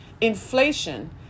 Inflation